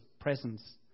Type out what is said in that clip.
presence